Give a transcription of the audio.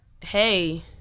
hey